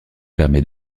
permet